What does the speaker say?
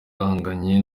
ahanganye